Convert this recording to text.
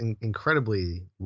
incredibly